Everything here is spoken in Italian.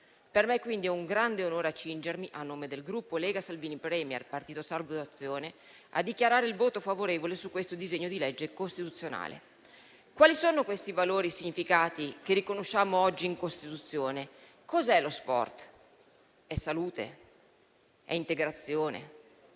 per me, quindi, un grande onore accingermi, a nome del Gruppo Lega Salvini Premier-Partito Sardo d'Azione, a dichiarare il voto favorevole sul disegno di legge costituzionale al nostro esame. Quali sono i valori e significati che riconosciamo oggi in Costituzione? Cosa è lo sport? È salute, integrazione,